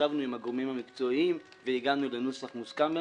ישבנו עם הגורמים המקצועיים והגענו לנוסח מוסכם,